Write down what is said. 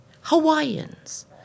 Hawaiians